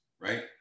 right